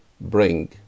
bring